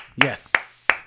Yes